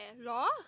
Law